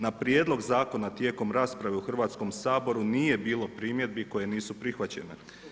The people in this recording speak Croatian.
Na prijedlog zakona tijekom rasprave u Hrvatskom saboru nije bilo primjedbi koje nisu prihvaćena.